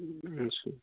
अच्छा